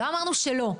לא אמרנו שלא.